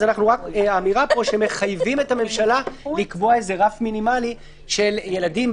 האמירה פה שמחייבים את הממשלה לקבוע איזה רף מינימלי של ילדים,